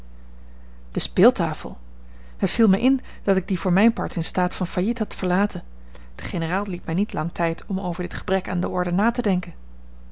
de speeltafel het viel mij in dat ik die voor mijn part in staat van failliet had verlaten de generaal liet mij niet lang tijd om over dit gebrek aan de orde na te denken